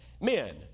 men